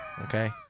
Okay